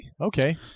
Okay